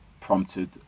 prompted